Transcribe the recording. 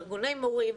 ארגוני מורים,